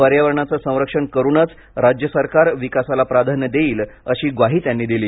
पर्यावरणाचं संरक्षण करूनच राज्य सरकार विकासाला प्राधान्य देईल अशी ग्वाही त्यांनी दिली